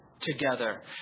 together